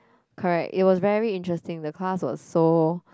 correct it was very interesting the course was so